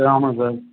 sir ஆமாம்ங்க sir